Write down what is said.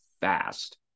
fast